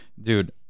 Dude